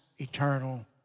eternal